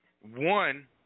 one